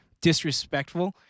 disrespectful